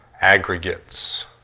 aggregates